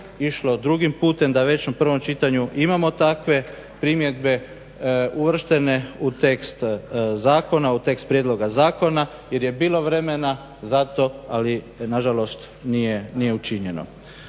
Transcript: išlo drugim putem, da već u prvom čitanju imamo takve primjedbe uvrštene u tekst zakona, u tekst prijedloga zakona jer je bilo vremena za to ali nažalost nije učinjeno.